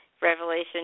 Revelation